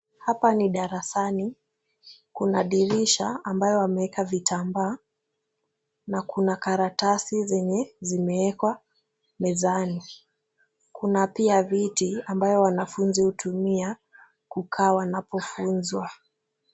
Hapa ni darasani. Kuna dirisha ambayo wameeka vitambaa na kuna karatasi zenye zimeekwa mezani. Kuna pia viti ambayo wanafunzi hutumia kukaa wanapofunzwa.